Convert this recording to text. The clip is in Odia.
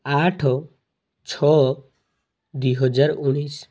ଆଠ ଛଅ ଦୁଇହଜାର ଉଣେଇଶ